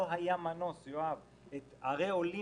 לא היה מנוס, יואב, לבטל את ערי עולים.